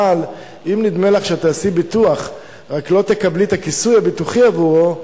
אבל אם נדמה לך שתעשי ביטוח רק לא תקבלי את הכיסוי הביטוחי עבורו,